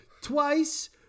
twice